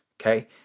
okay